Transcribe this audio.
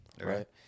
right